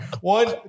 One